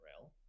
rail